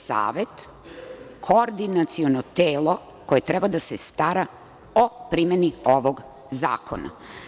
Savet je koordinaciono telo koje treba da se stara o primeni ovog zakona.